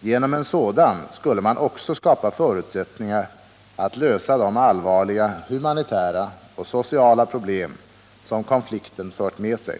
Genom en sådan skulle man också skapa förutsättningar för att lösa de allvarliga humanitära och sociala problem som konflikten fört med sig.